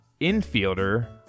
infielder